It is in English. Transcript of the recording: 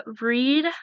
read